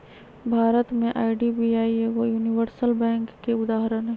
भारत में आई.डी.बी.आई एगो universal bank के उदाहरण हइ